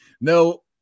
No